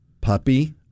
puppy